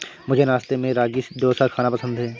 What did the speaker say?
मुझे नाश्ते में रागी डोसा खाना पसंद है